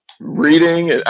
Reading